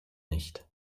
nicht